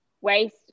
waste